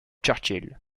churchill